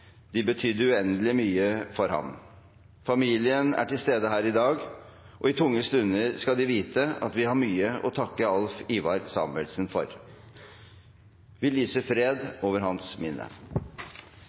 de vite at vi har mye å takke Alf Ivar Samuelsen for. Vi lyser fred